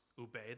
obey